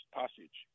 passage